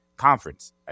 conference